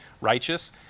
righteous